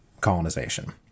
colonization